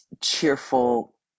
cheerful